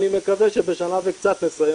אני מקווה שבשנה וקצת נסיים